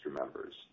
members